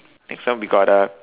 next one we got uh